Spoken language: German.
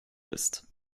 ist